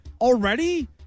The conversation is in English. already